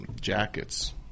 jackets